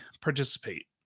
participate